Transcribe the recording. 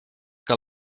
que